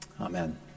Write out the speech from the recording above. Amen